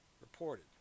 reported